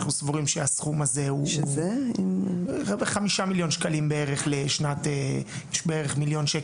אנחנו סבורים שהסכום הזה הוא בערך מיליון שקל בשנת 2023,